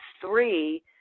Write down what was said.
three